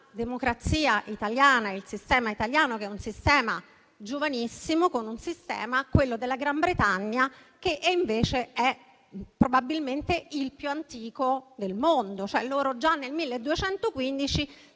democrazia italiana e il sistema italiano, che è un sistema giovanissimo, con un sistema, quello della Gran Bretagna, che invece è probabilmente il più antico del mondo. Già nel 1215